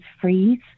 freeze